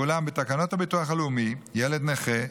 ואולם, בתקנות הביטוח הלאומי (ילד נכה),